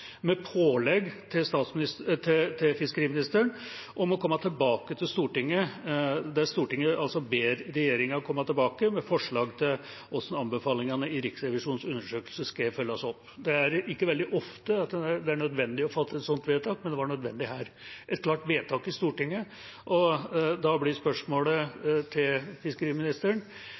med pålegg til fiskeriministeren om å komme tilbake til Stortinget – «Stortinget ber regjeringen komme tilbake med forslag til hvordan anbefalingene i Riksrevisjonens undersøkelse skal følges opp». Det er ikke veldig ofte at det er nødvendig å fatte et sånt vedtak, men det var nødvendig her – et klart vedtak i Stortinget. Da blir spørsmålet til fiskeriministeren: